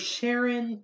Sharon